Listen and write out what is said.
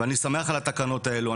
אני שמח על התקנות האלו.